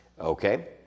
Okay